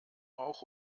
auch